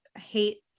hate